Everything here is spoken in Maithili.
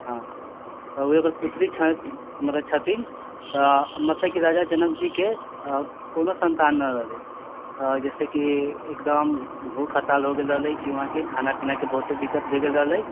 हँ तऽ ओहे ओकर पुत्री छथि मतलब छथिन तऽ मतलब की राजा जनक जी के कोनो सन्तान न रहलै तऽ जैसेकी एकदम भूख हड़ताल हो गेल रहलै की वहाँके खाना पीना के बहुते दिक्कत भए गेल रहलै